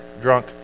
drunk